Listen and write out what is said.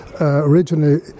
originally